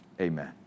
amen